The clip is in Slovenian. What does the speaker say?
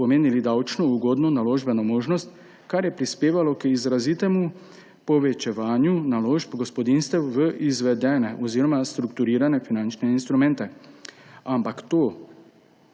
pomenili davčno ugodno naložbeno možnost, kar je prispevalo k izrazitemu povečevanju naložb gospodinjstev v izvedene oziroma strukturirane finančne instrumente. Ampak to,